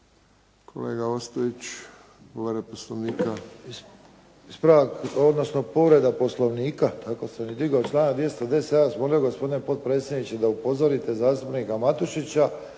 Kolega Ostojić. Povreda Poslovnika.